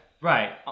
right